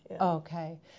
okay